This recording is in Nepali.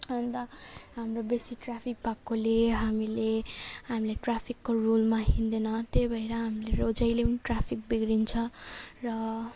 अन्त हाम्रो बेसी ट्राफिक भएकोले हामीले हामीले ट्राफिकको रुलमा हिँड्दैन त्यही भएर हाम्रो जहिले पनि ट्राफिक बिग्रिन्छ र